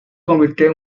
convirtió